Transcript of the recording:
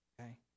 Okay